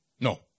No